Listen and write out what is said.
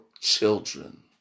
children